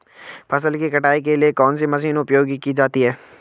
फसल की कटाई के लिए कौन सी मशीन उपयोग की जाती है?